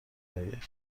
آید